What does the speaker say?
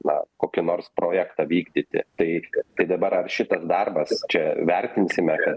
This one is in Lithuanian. na kokį nors projektą vykdyti taip tai dabar ar šitas darbas čia vertinsime kad